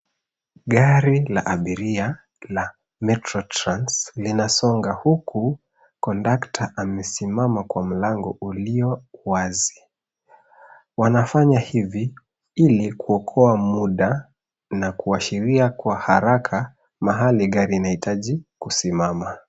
Gari la abiria la Metrotrans linasonga huku kondakta amesimama kwa mlango ulio wazi. Wanafanya hivi ili kuokoa muda na kuashiria kwa haraka mahali gari inahitaji kusimama.